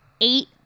eight